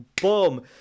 boom